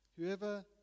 Whoever